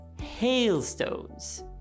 Hailstones